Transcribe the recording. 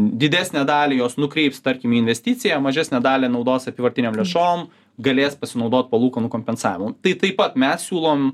didesnę dalį jos nukreips tarkim į investicija mažesnę dalį naudos apyvartinėm lėšom galės pasinaudot palūkanų kompensavimu tai taip pat mes siūlom